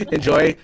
Enjoy